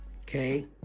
Okay